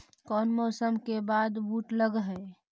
कोन मौसम के बाद बुट लग है?